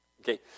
Okay